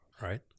right